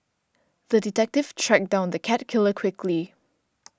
the detective tracked down the cat killer quickly